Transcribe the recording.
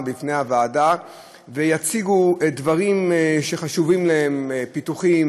לפני הוועדה ויציגו דברים שחשובים להם: פיתוחים,